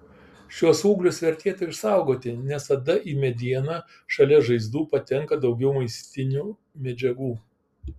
šiuos ūglius vertėtų išsaugoti nes tada į medieną šalia žaizdų patenka daugiau maistinių medžiagų